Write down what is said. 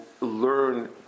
learn